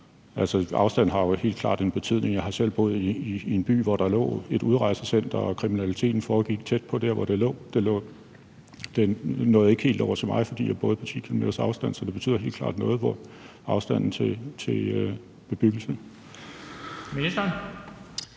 Altså, afstand har jo helt klart en betydning. Jeg har selv boet i en by, hvor der lå et udrejsecenter, og kriminaliteten foregik tæt på, hvor det lå. Den nåede ikke helt over til mig, fordi jeg boede på 10 km's afstand. Så afstand til bebyggelse betyder